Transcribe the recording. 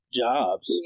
jobs